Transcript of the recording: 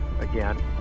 again